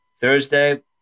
Thursday